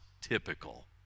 typical